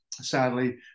sadly